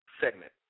segment